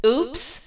Oops